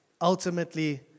ultimately